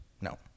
no